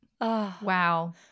Wow